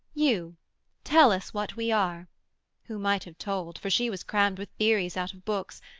you tell us what we are who might have told, for she was crammed with theories out of books,